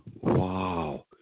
Wow